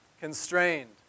constrained